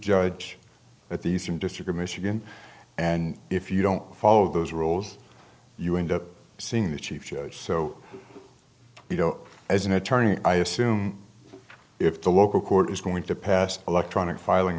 judge at these industry or michigan and if you don't follow those rules you end up seeing the chief judge so you know as an attorney i assume if the local court is going to pass electronic filing